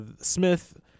Smith